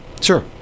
Sure